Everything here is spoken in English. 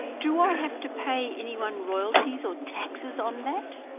do i have to pay anyone royalties or taxes on that?